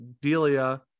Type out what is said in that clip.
Delia